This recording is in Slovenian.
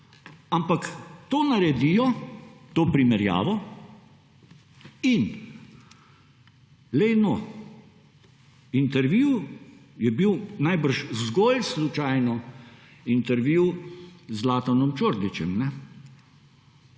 ampak to naredijo to primerjavo in poglej no intervju je bil najbrž zgolj slučajno intervju z Zlatanom Čordićem